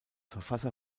verfasser